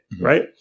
Right